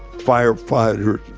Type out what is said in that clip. firefighters,